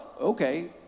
okay